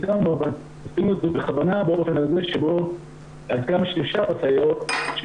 עשינו את זה בכוונה באופן הזה שבו עד כמה שאפשר הסייעות,